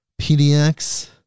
PDX